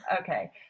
Okay